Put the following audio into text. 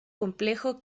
complejo